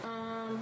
um